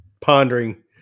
pondering